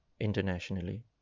internationally